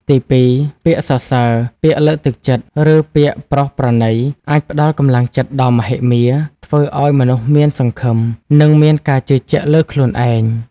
ទីពីរ ពាក្យសរសើរ ពាក្យលើកទឹកចិត្ត ឬ ពាក្យប្រោសប្រណី អាចផ្ដល់កម្លាំងចិត្តដ៏មហិមា ធ្វើឱ្យមនុស្សមានសង្ឃឹម និងមានការជឿជាក់លើខ្លួនឯង។